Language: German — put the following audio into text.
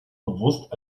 bewusst